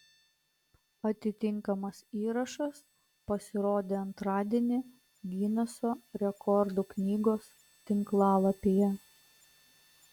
atitinkamas įrašas pasirodė antradienį gineso rekordų knygos tinklalapyje